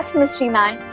mystery man.